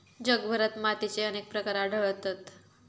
जगभरात मातीचे अनेक प्रकार आढळतत